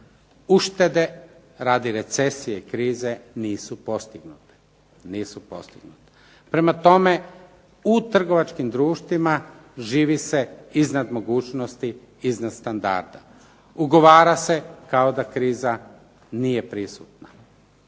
Uštede radi recesije i krize nisu postignute. Prema tome, u trgovačkim društvima živi se iznad mogućnosti, iznad standarda. Ugovara se kao da kriza nije prisutna.